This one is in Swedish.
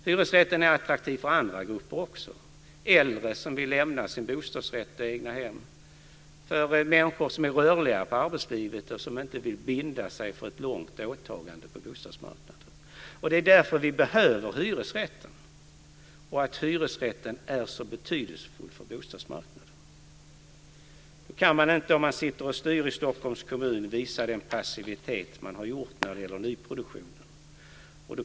Hyresrätten är attraktiv för andra grupper också: för äldre, som vill lämna sin bostadsrätt eller sitt egnahem och för människor som är rörliga på arbetsmarknaden och som inte vill binda sig för ett långt åtagande på bostadsmarknaden. Det är därför vi behöver hyresrätten och hyresrätten är så betydelsefull för bostadsmarknaden. Då kan man inte, om man styr i Stockholms kommun, visa den passivitet man har gjort när det gäller nyproduktionen.